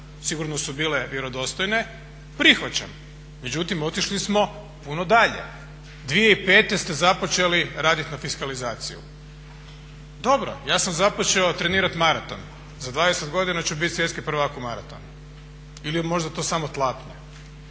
sigurno su bile vjerodostojne prihvaćam. Međutim, otišli smo puno dalje. 2005. ste započeli raditi na fiskalizaciji. Dobro, ja sam započeo trenirati maraton. Za 20 godina ću biti svjetski prvak u maratonu. Ili je možda to samo tlapnja.